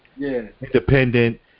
independent